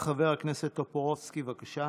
חבר הכנסת טופורובסקי, בבקשה.